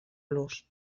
los